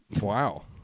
Wow